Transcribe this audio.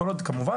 כל עוד כמובן,